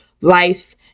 life